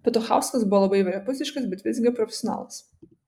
petuchauskas buvo labai įvairiapusiškas bet visgi profesionalas